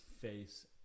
face